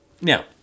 now